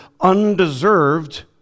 undeserved